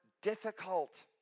difficult